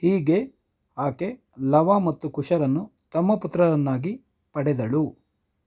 ಹೀಗೆ ಆಕೆ ಲವ ಮತ್ತು ಕುಶರನ್ನು ತಮ್ಮ ಪುತ್ರರನ್ನಾಗಿ ಪಡೆದಳು